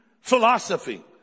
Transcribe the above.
philosophy